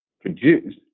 produce